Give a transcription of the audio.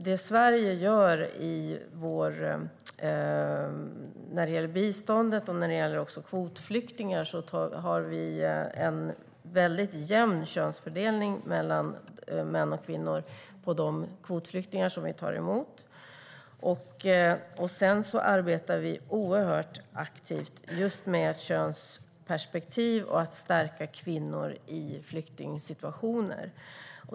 Det som Sverige gör när det gäller biståndet och kvotflyktingar är att vi kräver att det ska vara en väldigt jämn könsfördelning mellan män och kvinnor på de kvotflyktingar som vi tar emot. Sedan arbetar vi oerhört aktivt just med könsperspektiv och att stärka kvinnor i flyktingsituationer.